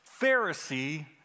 Pharisee